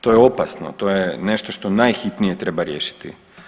To je opasno, to je nešto što najhitnije treba riješiti.